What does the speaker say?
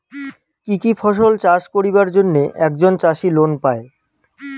কি কি ফসল চাষ করিবার জন্যে একজন চাষী লোন পায়?